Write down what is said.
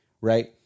Right